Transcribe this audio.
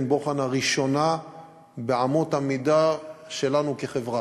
הבוחן הראשונה של אמות המידה שלנו כחברה,